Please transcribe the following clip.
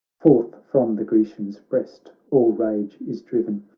forth from the grecian's breast all rage is driven,